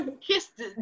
kissed